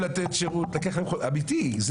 נקודה שנייה,